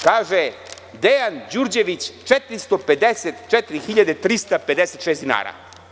Kaže – Dejan Đurđević 454.356 dinara.